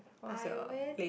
I went